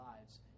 lives